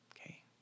okay